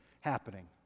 happening